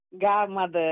godmother